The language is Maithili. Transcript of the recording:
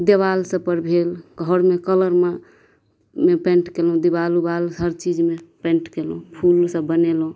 देवाल सब पर भेल घरमे कलरमे पेंट केलहुॅं दीबाल उबाल हर चीजमे पेंट केलहुॅं फूल सब बनेलहुॅं